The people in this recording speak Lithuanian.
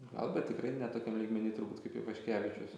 gal bet tikrai ne tokiam lygmeny turbūt kaip ivaškevičius